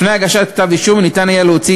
לפני הגשת כתב-אישום ניתן יהיה להוציא